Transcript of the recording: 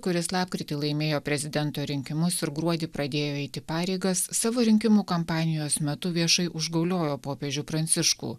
kuris lapkritį laimėjo prezidento rinkimus ir gruodį pradėjo eiti pareigas savo rinkimų kampanijos metu viešai užgauliojo popiežių pranciškų